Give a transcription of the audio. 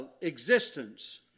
existence